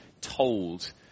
told